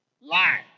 Lie